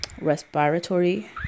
respiratory